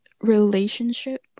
relationship